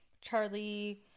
Charlie